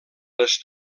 les